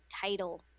title